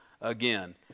again